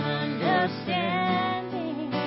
understanding